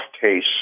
case